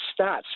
stats